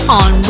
on